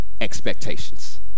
expectations